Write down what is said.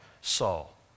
Saul